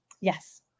Yes